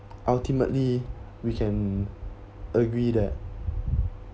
ultimately we can agree that